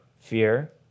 Fear